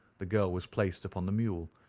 the girl was placed upon the mule,